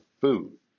food